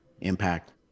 impact